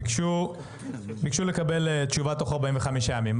ביקשו לקבל תשובה תוך 45 ימים,